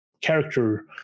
character